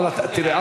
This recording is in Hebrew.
אבל תראי,